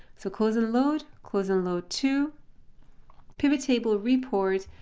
so close and load close and load to pivottable report.